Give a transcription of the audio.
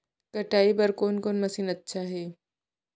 कटाई बर कोन कोन मशीन अच्छा हे?